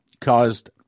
caused